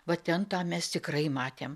va ten tą mes tikrai matėm